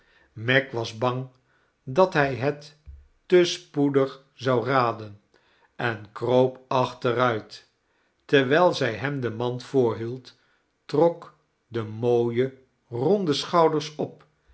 meg was bang dat hij het te spoedig zou raden en kroop aohteruit terwijl zij hem de mand voorhield trok de mooie ronde schouders op